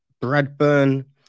Bradburn